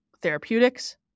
Therapeutics